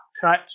cut